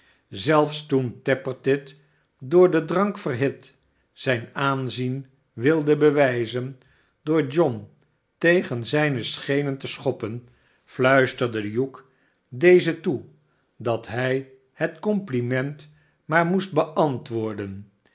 zelfs toen tappertit door den drank verhit zijn aanzien wilde bewijzen door john tegen zijne scheenen te schoppen fluisterde hugh dezen toe dat hij het compliment maar moest beantwoorden